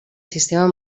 sistema